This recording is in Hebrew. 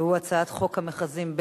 והוא הצעת חוק חובת המכרזים,